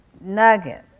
nugget